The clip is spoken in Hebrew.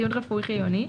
ציוד רפואי חיוני,